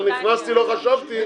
לא נכנסתי, לא חשבתי.